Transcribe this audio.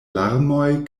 larmoj